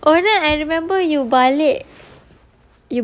oh then I remember you balik